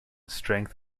strength